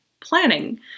planning